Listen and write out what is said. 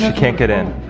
and can't get in.